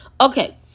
Okay